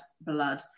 blood